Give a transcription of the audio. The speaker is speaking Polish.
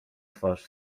twarz